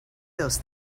those